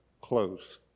close